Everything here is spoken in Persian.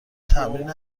تمرین